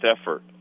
effort